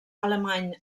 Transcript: alemany